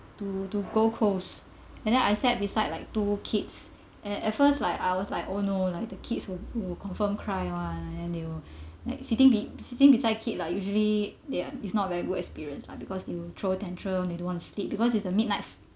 to gold coast and then I sat beside like two kids at at first like I was like oh no like the kids will will confirm cry [one] and then they will like sitting be~ sitting beside kids lah usually they it's not very good experience lah because they will throw tantrums they don't want to sleep because it's a midnight